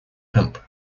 pope